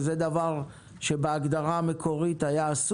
דבר שהיה אסור בהגדרה המקורית,